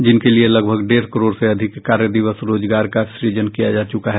जिनके लिये लगभग डेढ़ करोड़ से अधिक कार्य दिवस रोजगार का सृजन किया जा चुका है